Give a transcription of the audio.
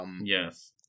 Yes